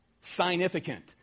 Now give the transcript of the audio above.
Significant